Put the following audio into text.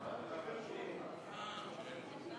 כן,